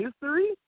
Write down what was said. history